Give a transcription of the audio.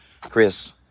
Chris